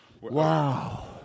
Wow